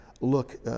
look